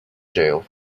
jail